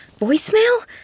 Voicemail